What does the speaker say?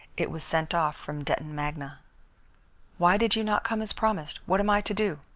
it was sent off from detton magna why did you not come as promised? what am i to do?